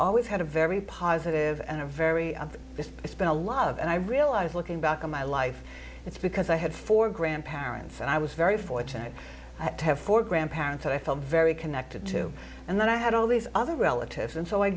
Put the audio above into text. always had a very positive and a very of just it's been a love and i realize looking back on my life it's because i had four grandparents and i was very fortunate to have four grandparents and i felt very connected to and then i had all these other relatives